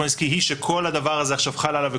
עסקי היא שכל הדבר הזה עכשיו חל עליו,